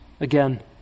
again